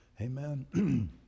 Amen